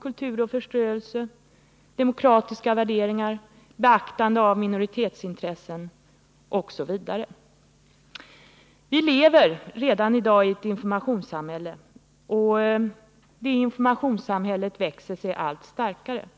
kultur och förströelse, demokratiska värderingar, beaktande av minoritetsintressen osv. Vi lever redan i dag i ett ”informationssamhälle”, och detta informationssamhälle växer sig allt starkare.